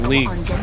Leagues